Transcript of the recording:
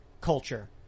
culture